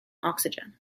oxygen